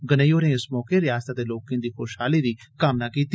गनेई होरें इस मौके रिआसतै दे लोकें दी खुशहाली दी बी कामना कीती